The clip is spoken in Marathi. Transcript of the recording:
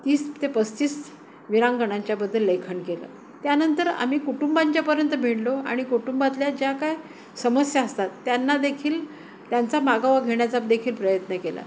तीस ते पस्तीस विरांगणांच्याबद्दल लेखन केलं त्यानंतर आम्ही कुटुंबांच्यापर्यंत भिडलो आणि कुटुंबातल्या ज्या काय समस्या असतात त्यांना देखील त्यांचा मागावा घेण्याचा देखील प्रयत्न केला